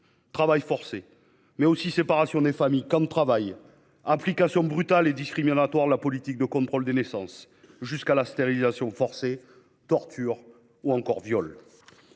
travail forcé, séparation des familles, camps de travail, application brutale et discriminatoire de la politique de contrôle des naissances jusqu'à la stérilisation forcée, torture, viols.